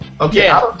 Okay